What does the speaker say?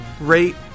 Rate